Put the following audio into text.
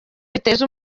biteza